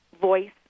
voice